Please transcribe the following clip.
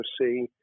see